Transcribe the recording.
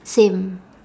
same